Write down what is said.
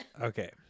Okay